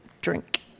drink